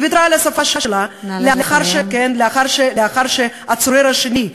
היא ויתרה על השפה שלה לאחר שהצורר השני,